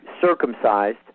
circumcised